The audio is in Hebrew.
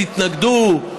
התנגדו,